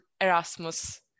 Erasmus